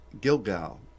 Gilgal